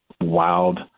wild